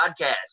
podcast